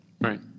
Right